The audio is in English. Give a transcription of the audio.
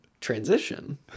transition